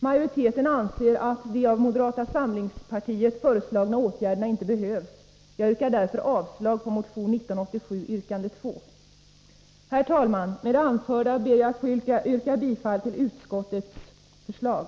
Majoriteten anser att de av moderata samlingspartiet föreslagna åtgärderna inte behövs. Jag yrkar därför avslag på motion 1987, yrkande 2. Herr talman! Med det anförda ber jag att få yrka bifall till utskottets förslag.